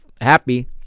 happy